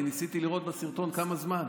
אני ניסיתי לראות בסרטון כמה זמן,